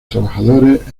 trabajadores